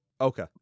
okay